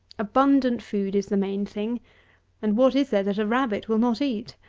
abundant food is the main thing and what is there that a rabbit will not eat?